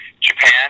Japan